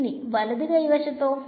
ഇനി വലത് കൈ വശത്തോ